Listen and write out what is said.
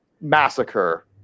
massacre